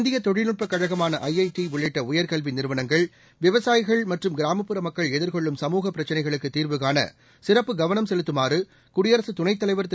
இந்திய தொழில்நுட்பக் கழகமாள ஐஐடி உள்ளிட்ட உயர்கல்வி நிறுவனங்கள் விவசாயிகள் மற்றும் கிராமப்புற மக்கள் எதிர்கொள்ளும் சமூகப் பிரச்சினைகளுக்கு தீர்வு காண சிறப்புக் கவனம் செலுத்தமாறு குடியரசு துணைத் தலைவர் திரு